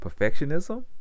perfectionism